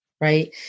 Right